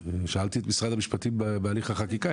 ושאלתי את משרד המשפטים בהליך החקיקה.